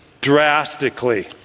drastically